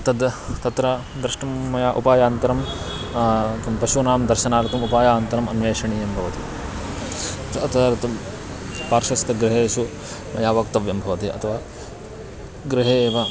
तत् तत्र द्रष्टुं मया उपायान्तरं पशूनां दर्शनार्थम् उपायान्तरम् अन्वेषणीयं भवति तदर्थं पार्श्वस्तगृहेषु मया वक्तव्यं भवति अथवा गृहे एव